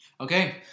Okay